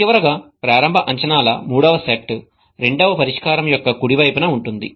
చివరగా ప్రారంభ అంచనాల మూడవ సెట్ రెండవ పరిష్కారం యొక్క కుడి వైపున ఉంటుంది